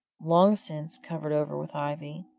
long since covered over with ivy.